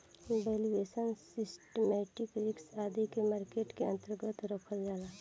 valuation, systematic risk आदि के market के अन्तर्गत रखल जाला